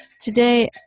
today